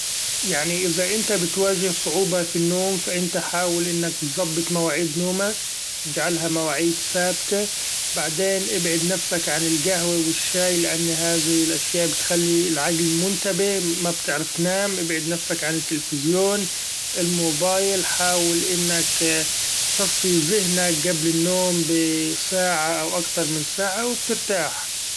يعني إذا إنت بتواجه صعوبة في النوم ، ف إنت حأول إنك تظبط مواعيد نومك إجعلها مواعيد ثابتة، بعدين إبعد نفسك عن القهوة والشأي لإن هذه الاشياء بتخلي العقل منتبه ما بتعرف تنام ، إبعد نفسك عن التليفزيون الموبأيل حأول إنك تصفي ذهنك قبل النوم بساعة أو أكتر من ساعة وترتاح.